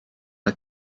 mae